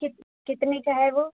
کتنے کا ہے وہ